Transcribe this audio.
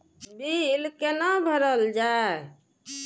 Bill कैना भरल जाय?